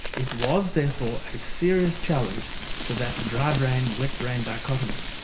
it was, therefore, a serious challenge to that dry-brain wet-brain dichotomy.